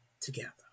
together